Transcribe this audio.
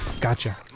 gotcha